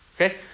Okay